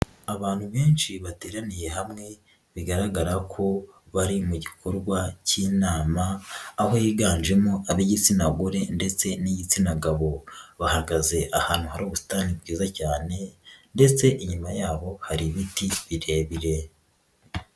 Abantu benshi bateraniye hamwe bigaragara ko bari mu gikorwa k'inama aho yiganjemo ab'igitsina gore ndetse n'igitsina gabo, bahagaze ahantu hari ubusitani bwiza cyane ndetse inyuma yabo hari ibiti birebire.